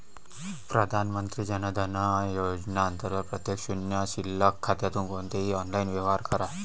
प्रधानमंत्री जन धन योजना अंतर्गत प्रत्येक शून्य शिल्लक खात्यातून कोणतेही ऑनलाइन व्यवहार करा